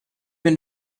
been